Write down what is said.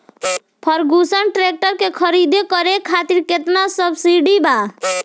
Ferguson tractor के खरीद करे खातिर केतना सब्सिडी बा?